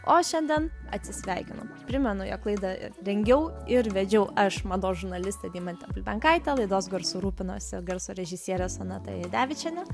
o šiandien atsisveikinu primenu jog laidą rengiau ir vedžiau aš mados žurnalistė deimantė bulbenkaitė laidos garsu rūpinosi garso režisierė sonata jadevičienė